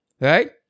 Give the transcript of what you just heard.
right